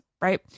right